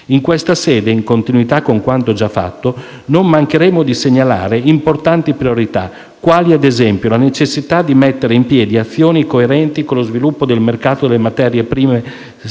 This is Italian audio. In questa sede, in continuità con quanto già fatto, non mancheremo di segnalare importanti priorità, quali, ad esempio, la necessità di mettere in piedi azioni coerenti con lo sviluppo del mercato delle materie prime seconde.